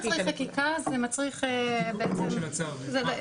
זה לא מצריך חקיקה, זה מצריך בעצם, בדיוק.